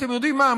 אתם יודעים מה?